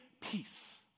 peace